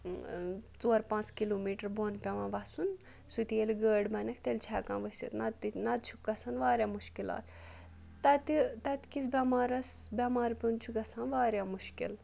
ژور پانٛژھ kilometre بۄن پٮ۪وان وَسُن سُہ تہِ ییٚلہِ گٲڑۍ بَنٮ۪کھ تیٚلہِ چھِ ہٮ۪کان ؤسِتھ نَتہٕ تہِ نَتہٕ چھُ گژھان واریاہ مُشکِلات تَتہِ تَتہِ کِس بٮ۪مارَس بٮ۪مار پیوٚن چھُ گژھان واریاہ مُشکِل